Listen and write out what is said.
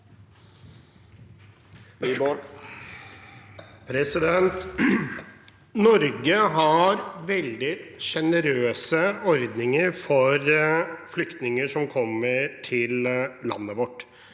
Norge har veldig sjenerøse ordninger for flyktninger som kommer til landet vårt.